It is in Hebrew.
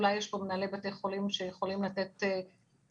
אולי יש פה מנהלי בתי חולים שיכולים לתת תשובה